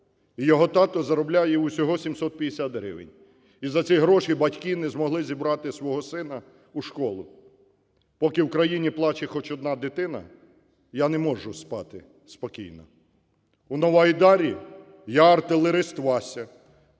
його тато заробляє всього 750 гривень, і за ці гроші батьки не змогли зібрати свого сина в школу. Поки в країні плаче хоч одна дитина, я не можу спати спокійно. В Новоайдарі - я артилерист Вася,